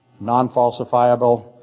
Non-falsifiable